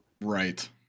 Right